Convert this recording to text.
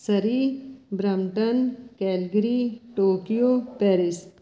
Surrey Brampton Calgary Tokyo Paris